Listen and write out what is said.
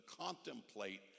contemplate